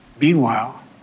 Meanwhile